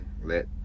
let